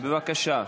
בבקשה,